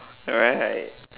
alright